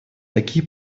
такие